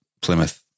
Plymouth